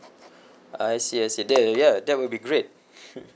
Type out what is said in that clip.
I see I see that will ya that will be great